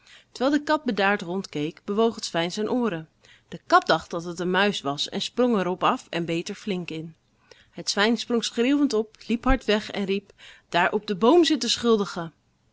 terwijl de kat bedaard rondkeek bewoog het zwijn zijn ooren de kat dacht dat het een muis was en sprong er op af en beet er flink in het zwijn sprong schreeuwend op liep hard weg en riep daar op den boom zit de schuldige